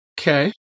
Okay